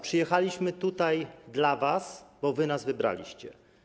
Przyjechaliśmy tutaj dla was, bo wy nas wybraliście.